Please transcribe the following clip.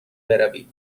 بروید